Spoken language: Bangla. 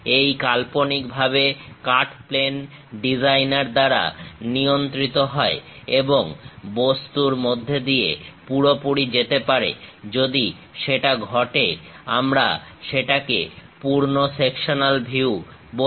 এই কাল্পনিকভাবে কাট প্লেন ডিজাইনার দ্বারা নিয়ন্ত্রিত হয় এবং বস্তুর মধ্যে দিয়ে পুরোপুরি যেতে পারে যদি সেটা ঘটে আমরা সেটাকে পূর্ণ সেকশনাল ভিউ বলি